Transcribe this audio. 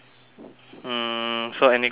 mm so any question for me